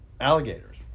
alligators